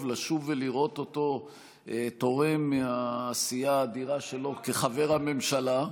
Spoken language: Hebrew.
לשוב ולראות אותו תורם מהעשייה האדירה שלו כחבר הממשלה.